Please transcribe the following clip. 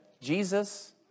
Jesus